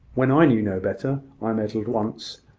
when i knew no better, i meddled once,